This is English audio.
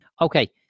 Okay